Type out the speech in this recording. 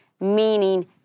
meaning